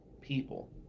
people